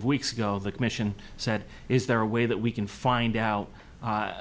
of weeks well the commission said is there a way that we can find out